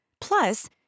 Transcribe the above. Plus